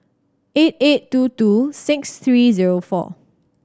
eight eight two two six three zero four